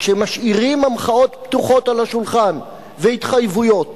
כשמשאירים המחאות פתוחות על השולחן והתחייבויות